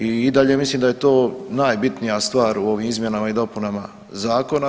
I dalje mislim da je to najbitnija stvar u ovim izmjenama i dopunama zakona.